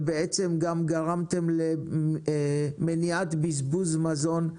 ובעצם גם גרמתם למניעת בזבוז מזון,